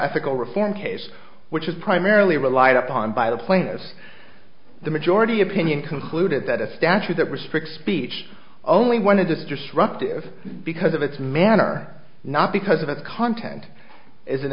bioethical reform case which is primarily relied upon by the plainness the majority opinion concluded that a statute that restricts speech only wanted this disruptive because of its manner not because of the content is an